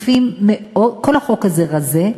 החוק הזה רזה,